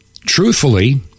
truthfully